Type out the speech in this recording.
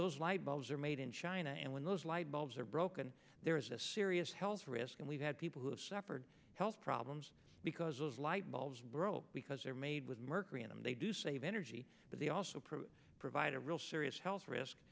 those lightbulbs are made in china and when those light bulbs are broken there is a serious health risk and we've had people who have suffered health problems because lightbulbs broke because they're made with mercury in them they do save energy but they also probably provide a real serious health risk